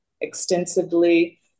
extensively